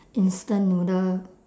instant noodle